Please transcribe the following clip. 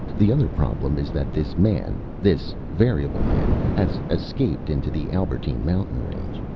the other problem is that this man, this variable man, has escaped into the albertine mountain range.